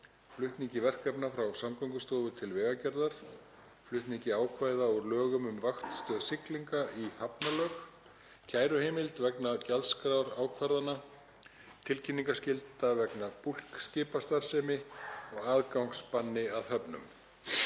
flutningi verkefna frá Samgöngustofu til Vegagerðar, flutningi ákvæða úr lögum um Vaktstöð siglinga í hafnalög, kæruheimild vegna gjaldskrárákvarðana, tilkynningarskylda vegna búlkaskipastarfssemi og aðgangsbanni að höfnum.